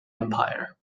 empire